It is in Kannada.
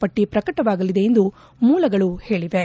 ಪಟ್ಟಿ ಪ್ರಕಟವಾಗಲಿದೆ ಎಂದು ಮೂಲಗಳು ಹೇಳಿವೆ